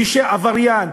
מי שעבריין,